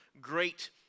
great